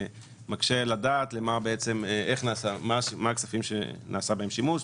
קשה לדעת מה הכספים שנעשה בהם שימוש,